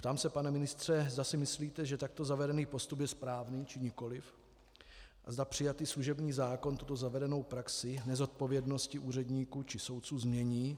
Ptám se, pane ministře, zda si myslíte, že takto zavedený postup je správný, či nikoliv, a zda přijatý služební zákon tuto zavedenou praxi nezodpovědnosti úředníků či soudců změní.